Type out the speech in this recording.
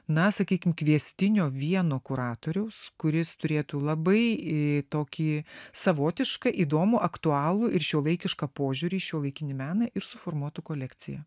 na sakykim kviestinio vieno kuratoriaus kuris turėtų labai tokį savotišką įdomų aktualų ir šiuolaikišką požiūrį į šiuolaikinį meną ir suformuotų kolekciją